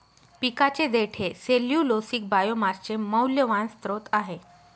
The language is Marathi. पिकाचे देठ हे सेल्यूलोसिक बायोमासचे मौल्यवान स्त्रोत आहे